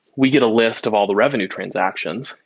we get a list of all the revenue transactions,